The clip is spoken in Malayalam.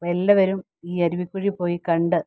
അപ്പം എല്ലാവരും ഈ അരുവിപ്പുഴയിൽ പോയി കണ്ട്